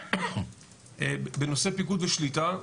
בנושא פיקוד ושליטה,